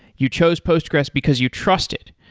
you chose postgres because you trust it.